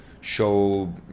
show